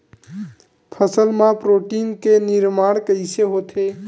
फसल मा प्रोटीन के निर्माण कइसे होथे?